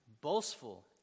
boastful